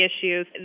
issues